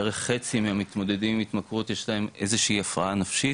בערך חצי מהמתמודדים יש להם איזושהי הפרעה נפשית,